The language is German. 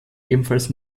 ebenfalls